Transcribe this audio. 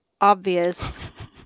obvious